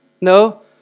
No